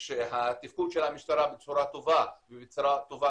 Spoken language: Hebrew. שהתפקוד של המשטרה בצורה טובה ובצורה טובה